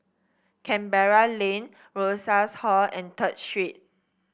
Canberra Lane Rosas Hall and Third Street